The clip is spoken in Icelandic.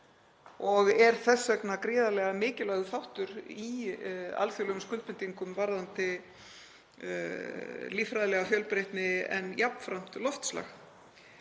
Það er þess vegna gríðarlega mikilvægur þáttur í alþjóðlegum skuldbindingum varðandi líffræðilega fjölbreytni en jafnframt loftslag.